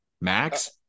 max